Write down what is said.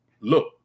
look